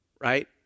right